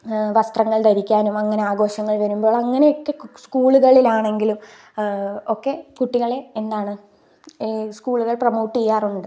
വസ്ത്രങ്ങൾ ധരിക്കാനും അങ്ങനെ ആഘോഷങ്ങൾ വരുമ്പോൾ അങ്ങനെയൊക്കെ സ്കൂളുകളിലാണെങ്കിലും ഒക്കെ കുട്ടികളെ എന്താണ് സ്കൂളുകൾ പ്രോമോട്ട് ചെയ്യാറുണ്ട്